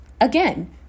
Again